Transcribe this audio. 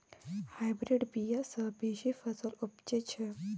hybrid बीया सँ बेसी फसल उपजै छै